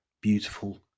beautiful